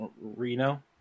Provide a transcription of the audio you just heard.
Reno